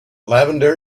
levanter